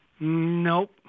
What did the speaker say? Nope